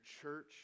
church